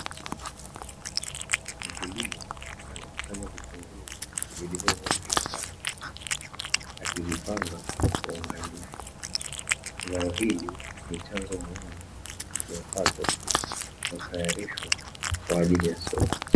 Mkulima anakusanya vitunguu vilivyotoka shambani, akivipanga kwa uangalifu. Zao hili ni chanzo muhimu cha mapato kwa kutayarishwa kwa ajili ya soko.